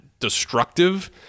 destructive